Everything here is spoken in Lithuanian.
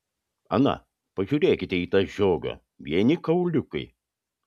ana pažiūrėkite į tą žiogą vieni kauliukai